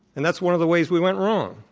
and that's one of the ways we went wrong.